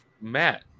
Matt